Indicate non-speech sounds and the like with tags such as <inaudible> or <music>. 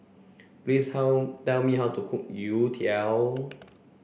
<noise> please how tell me how to cook Youtiao